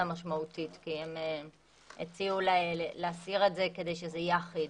ה'משמעותית' כי הם הציעו אולי להסיר את זה כדי שזה יהיה אחיד.